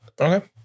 Okay